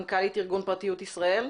מנכ"לית ארגון פרטיות ישראל.